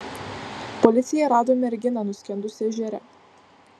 policija rado merginą nuskendusią ežere